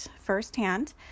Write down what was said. firsthand